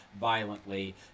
violently